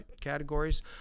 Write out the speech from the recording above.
categories